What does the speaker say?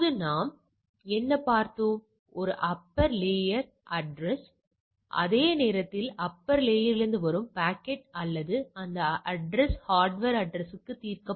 பெறப்பட்டவை கழித்தல் எதிர்பார்க்கப்பட்டவை வர்க்கமெடுங்கள் ÷ எதிர்பார்க்கப்பட்டவை பின்னர் கூட்டல் Oi Ei ÷ Ei